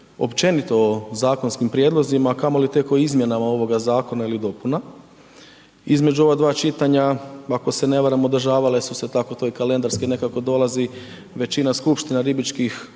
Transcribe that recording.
općenito o zakonskim prijedlozima, kamoli tek o izmjenama ovoga zakona ili dopuna. Između ova dva čitanja, ako se ne varam održavale su se, tako to i kalendarski nekako dolazi, većina skupština ribičkih,